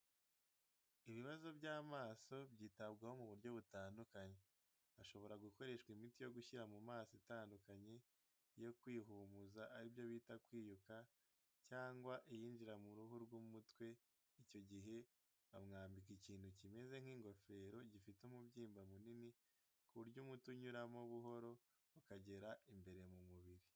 Ibibazo by'amaso byitabwaho mu buryo butandukanye, hashobora gukoreshwa imiti yo gushyira mu maso itandukanye, iyo kwihumuza aribyo bita kwiyuka cyangwa iyinjirira mu ruhu rw'umutwe, icyo gihe bamwambika ikintu kimeze nk'ikigofero gifite umubyimba munini, ku buryo umuti unyuramo buhoro, ukagera imbere mu mubiri.